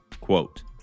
Quote